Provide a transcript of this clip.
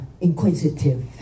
inquisitive